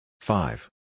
Five